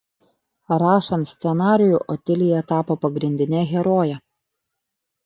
rašant scenarijų otilija tapo pagrindine heroje